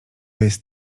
jest